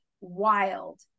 wild